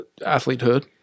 athletehood